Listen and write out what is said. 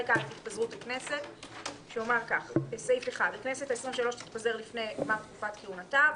1. הכנסת העשרים ושלוש תתפזר לפני גמר תקופת כהונתה.